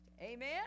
Amen